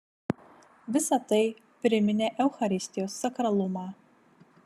visa tai priminė eucharistijos sakralumą